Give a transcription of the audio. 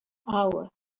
hour